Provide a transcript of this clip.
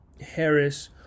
Harris